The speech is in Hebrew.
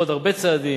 עוד הרבה צעדים,